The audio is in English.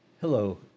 Hello